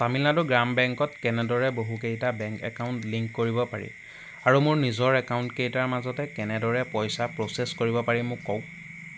তামিলনাডু গ্ৰাম বেংকত কেনেদৰে বহুকেইটা বেংক একাউণ্ট লিংক কৰিব পাৰি আৰু মোৰ নিজৰ একাউণ্টকেইটাৰ মাজতে কেনেদৰে পইচা প্ৰ'চেছ কৰিব পাৰি মোক কওক